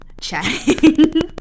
chatting